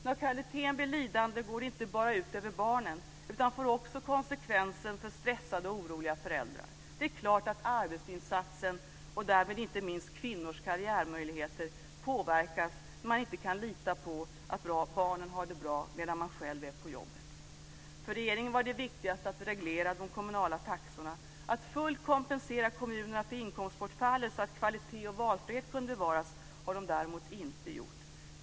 När kvaliteten blir lidande går det inte bara ut över barnen, utan det får också konsekvenser för stressade och oroliga föräldrar. Det är klart att arbetsinsatsen, och därmed inte minst kvinnors karriärmöjligheter, påverkas när man inte kan lita på att barnen har det bra medan man själv är på jobbet. För regeringen var det viktigaste att reglera de kommunala taxorna. Att fullt kompensera kommunerna för inkomstbortfallet så att kvalitet och valfrihet kan bevaras har de däremot inte gjort.